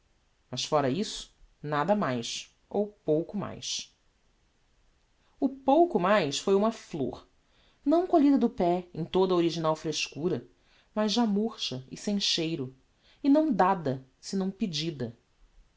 mas fora disso nada mais ou pouco mais o pouco mais foi uma flor não colhida do pé em toda a original frescura mas já murcha e sem cheiro e não dada senão pedida